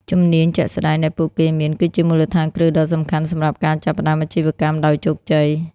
ជំនាញជាក់ស្តែងដែលពួកគេមាន គឺជាមូលដ្ឋានគ្រឹះដ៏សំខាន់សម្រាប់ការចាប់ផ្តើមអាជីវកម្មដោយជោគជ័យ។